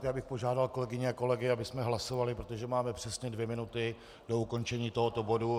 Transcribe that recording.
Já bych požádal kolegyně a kolegy, abychom hlasovali, protože máme přesně dvě minuty do ukončení tohoto bodu.